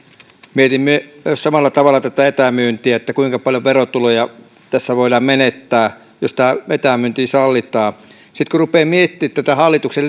mietimme samalla tavalla tätä etämyyntiä kuinka paljon verotuloja tässä voidaan menettää jos tämä etämyynti sallitaan sitten kun rupeaa miettimään tätä hallituksen